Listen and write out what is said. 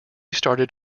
started